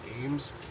games